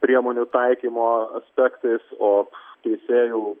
priemonių taikymo aspektais o teisėjų